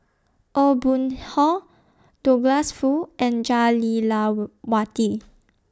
Aw Boon Haw Douglas Foo and Jah Lelawati